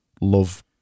love